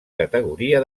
categoria